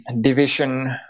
division